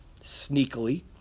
sneakily